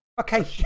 Okay